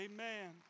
Amen